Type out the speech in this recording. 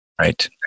Right